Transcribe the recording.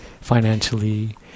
financially